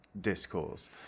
discourse